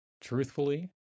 Truthfully